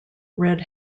red